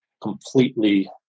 completely